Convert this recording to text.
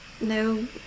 no